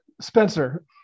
Spencer